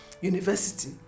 university